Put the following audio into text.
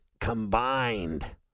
combined